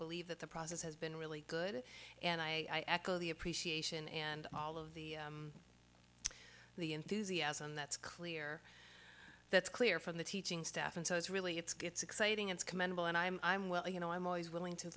believe that the process has been really good and i the appreciation and all of the the enthusiasm that's clear that's clear from the teaching staff and so it's really it's exciting it's commendable and i'm i'm well you know i'm always willing to